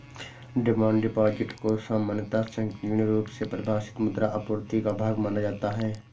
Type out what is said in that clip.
demand deposit को सामान्यतः संकीर्ण रुप से परिभाषित मुद्रा आपूर्ति का भाग माना जाता है